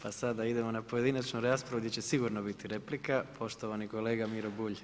Pa sada idemo na pojedinačnu raspravu gdje će sigurno biti replika, poštovani kolega Miro Bulj.